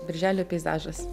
birželio peizažas